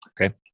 okay